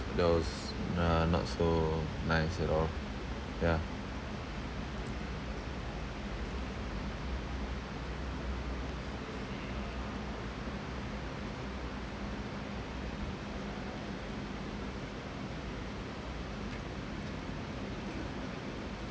that was nah not so nice you know yeah